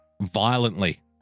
violently